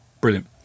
Brilliant